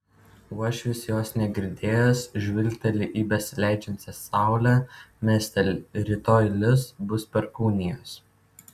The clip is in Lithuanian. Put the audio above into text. uošvis jos negirdėjęs žvilgteli į besileidžiančią saulę mesteli rytoj lis bus perkūnijos